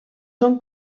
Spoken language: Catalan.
són